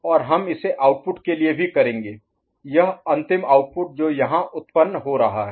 और हम इसे आउटपुट के लिए भी करेंगे यह अंतिम आउटपुट जो यहाँ उत्पन्न हो रहा है